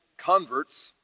converts